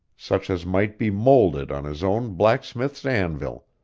such as might be moulded on his own blacksmith's anvil,